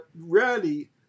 rarely